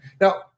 Now